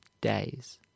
days